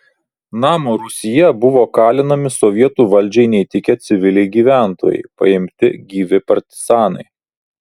namo rūsyje buvo kalinami sovietų valdžiai neįtikę civiliai gyventojai paimti gyvi partizanai